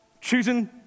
Choosing